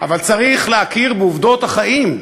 אבל צריך להכיר בעובדות החיים,